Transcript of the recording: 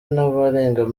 n’abarenga